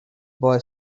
boy